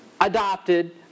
adopted